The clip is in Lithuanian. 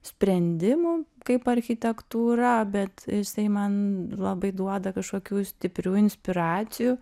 sprendimų kaip architektūra bet jisai man labai duoda kažkokių stiprių inspiracijų